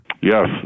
Yes